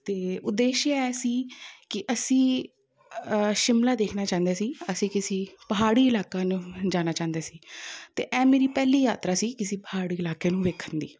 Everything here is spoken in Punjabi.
ਅਤੇ ਉਦੇਸ਼ਯ ਇਹ ਸੀ ਕਿ ਅਸੀਂ ਸ਼ਿਮਲਾ ਦੇਖਣਾ ਚਾਹੁੰਦੇ ਸੀ ਅਸੀਂ ਕਿਸੀ ਪਹਾੜੀ ਇਲਾਕਾ ਨੂੰ ਜਾਣਾ ਚਾਹੁੰਦੇ ਸੀ ਅਤੇ ਇਹ ਮੇਰੀ ਪਹਿਲੀ ਯਾਤਰਾ ਸੀ ਕਿਸੀ ਪਹਾੜੀ ਇਲਾਕੇ ਨੂੰ ਦੇਖਣ ਦੀ